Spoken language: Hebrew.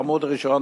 בעמוד הראשון,